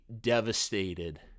devastated